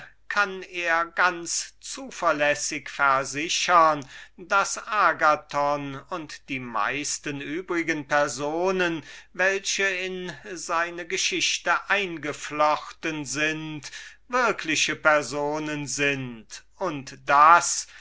kann er ganz zuverlässig versichern daß agathon und die meisten übrigen personen welche in seine geschichte eingeflochten sind wirkliche personen sind dergleichen es